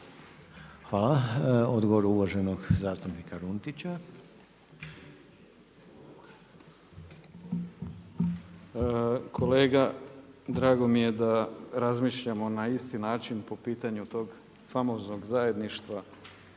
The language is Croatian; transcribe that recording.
Hvala. Odgovor uvaženog zastupnika Runtića. **Runtić, Hrvoje (MOST)** Kolega, drago mi je da razmišljamo na isti način po pitanju tog famoznog zajedništva